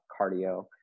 cardio